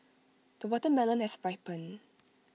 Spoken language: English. the watermelon has ripened